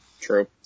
True